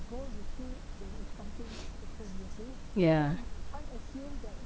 yeah